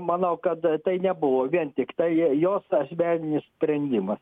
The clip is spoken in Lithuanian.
manau kad tai nebuvo vien tiktai jos asmeninis sprendimas